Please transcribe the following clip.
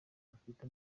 ufite